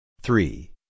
three